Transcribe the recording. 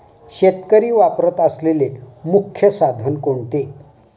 शेतकरी वापरत असलेले मुख्य साधन कोणते?